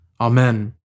Amen